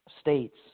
states